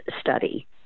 study